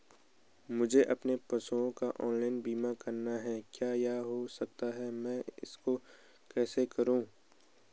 मुझे अपने पशुओं का ऑनलाइन बीमा करना है क्या यह हो सकता है मैं इसको कैसे करूँ?